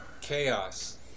Chaos